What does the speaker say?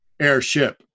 airship